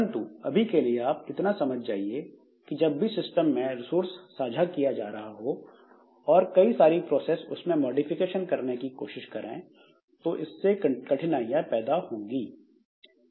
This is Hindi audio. परंतु अभी के लिए आप इतना समझ जाइए कि जब भी सिस्टम में रिसोर्स साझा किया जा रहा हो और कई सारी प्रोसेस उसमें मॉडिफिकेशन करने की कोशिश करें तो इससे कठिनाइयां पैदा होती है